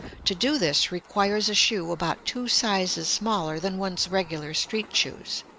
to do this requires a shoe about two sizes smaller than one's regular street shoes.